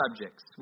subjects